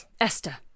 Esther